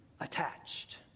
attached